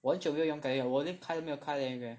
我很就没有用 Telegram 我连开都没有开 Telegram